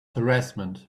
harassment